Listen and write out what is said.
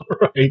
Right